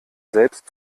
selbst